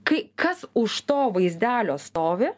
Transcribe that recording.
kai kas už to vaizdelio stovi